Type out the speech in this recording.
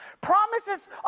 promises